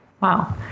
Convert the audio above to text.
wow